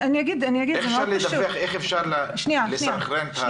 איך אפשר לסנכרן?